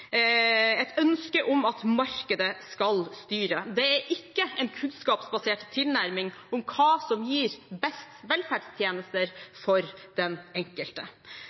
et ønske om at markedet skal styre. Det er ikke en kunnskapsbasert tilnærming til hva som gir best velferdstjenester for den enkelte.